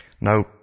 Now